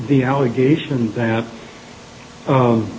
the allegations that